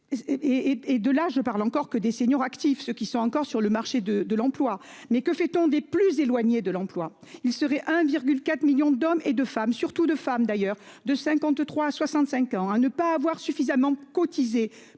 et de là je parle encore que des seniors actifs, ceux qui sont encore sur le marché de l'emploi mais que fait-on des plus éloignés de l'emploi, il serait à 1,4 millions d'hommes et de femmes surtout de femmes d'ailleurs de 53 65 ans à ne pas avoir suffisamment cotisé